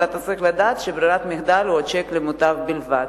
אבל אתה צריך לדעת שברירת מחדל הוא צ'ק למוטב בלבד.